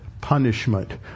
punishment